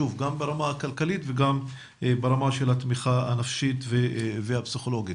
שוב גם ברמה הכלכלית וגם ברמה של התמיכה הנפשית והפסיכולוגית.